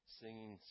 singing